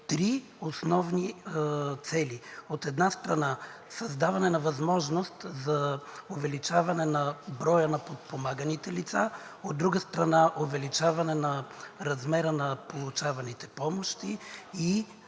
три основни цели. От една страна, създаване на възможност за увеличаване на броя на подпомаганите лица, от друга страна, увеличаване на размера на получаваните помощи и